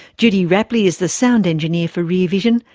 judy rapley is the sound engineer for rear vision.